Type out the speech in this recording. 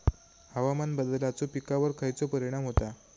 हवामान बदलाचो पिकावर खयचो परिणाम होता?